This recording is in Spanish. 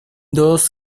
dos